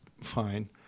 fine